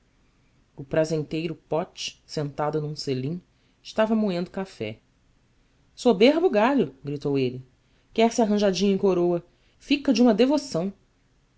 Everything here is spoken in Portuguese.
o prazenteiro pote sentado num selim estava moendo café soberbo galho gritou ele quer-se arranjadinho em coroa fica de uma devoção